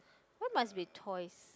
why must be toys